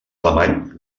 alemany